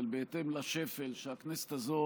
אבל בהתאם לשפל שהכנסת הזאת